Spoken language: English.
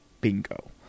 bingo